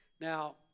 Now